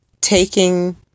taking